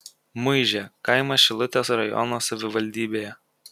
muižė kaimas šilutės rajono savivaldybėje